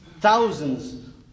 thousands